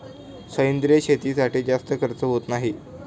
सेंद्रिय शेतीसाठी जास्त खर्च होत नाही